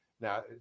Now